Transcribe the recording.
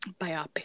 Biopic